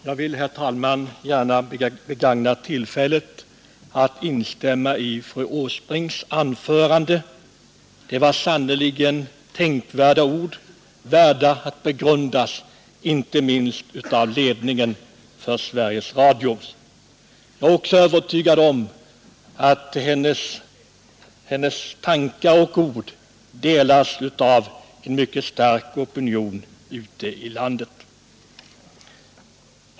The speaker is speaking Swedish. Herr talman! Jag vill begagna detta tillfälle till att instämma i fru Åsbrinks anförande. Det var sannerligen tänkvärda ord, väl värda att begrundas inte minst av ledningen av Sveriges Radio. Jag är också övertygad om att hennes ord och tankar delas av en mycket stark opinion ute i landet.